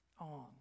on